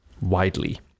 widely